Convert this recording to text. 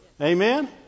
Amen